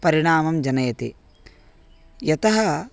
परिणामं जनयति यतः